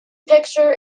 picture